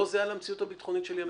לא זהה למציאות הביטחונית של ימינו.